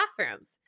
classrooms